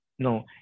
No